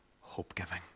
hope-giving